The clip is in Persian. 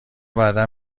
بعدا